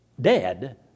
dead